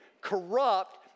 corrupt